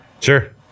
Sure